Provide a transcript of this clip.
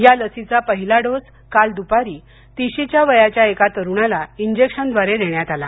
या लसीचा पहिला डोस काल दुपारी तिशीच्या वयाच्या एका तरुणाला इंजेक्शनद्वारे देण्यात आला